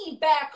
back